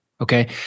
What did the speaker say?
Okay